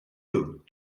look